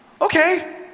Okay